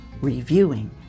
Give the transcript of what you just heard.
reviewing